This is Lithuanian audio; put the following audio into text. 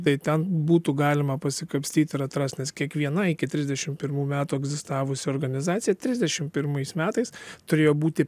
tai ten būtų galima pasikapstyt ir atrast nes kiekviena iki trisdešim pirmų metų egzistavusi organizacija trisdešim pirmais metais turėjo būti